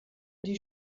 die